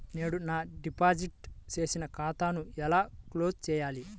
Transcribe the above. నేను నా డిపాజిట్ చేసిన ఖాతాను ఎలా క్లోజ్ చేయాలి?